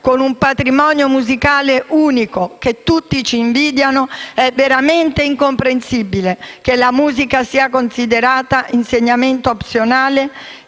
con un patrimonio musicale unico, che tutti ci invidiano, è veramente incomprensibile che la musica sia considerata un insegnamento opzionale